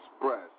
express